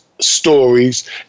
stories